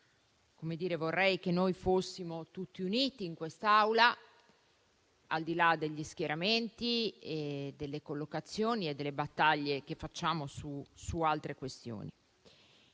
su cui vorrei che fossimo tutti uniti in quest'Assemblea, al di là degli schieramenti, delle collocazioni e delle battaglie che facciamo su altre questioni.